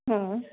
हां